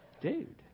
Dude